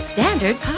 Standard